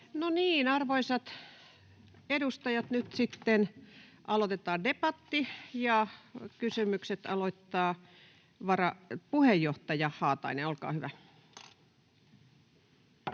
arvoisat edustajat, nyt sitten aloitetaan debatti, ja kysymykset aloittaa puheenjohtaja Haatainen, olkaa hyvä.